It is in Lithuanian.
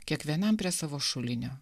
kiekvienam prie savo šulinio